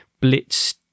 Blitz